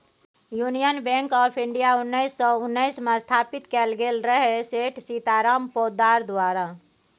union bank of India उन्नैस सय उन्नैसमे स्थापित कएल गेल रहय सेठ सीताराम पोद्दार द्वारा